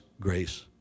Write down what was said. grace